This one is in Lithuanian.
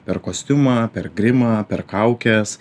per kostiumą per grimą per kaukes